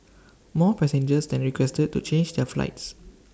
more passengers then requested to change their flights